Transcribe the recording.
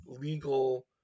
legal